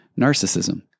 narcissism